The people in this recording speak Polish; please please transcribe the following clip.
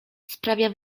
sprawia